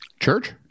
Church